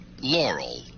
laurel